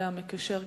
השר המקשר,